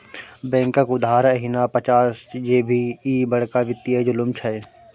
बैंकक उधार एहिना पचा जेभी, ई बड़का वित्तीय जुलुम छै